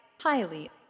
highly